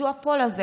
הדואופול הזה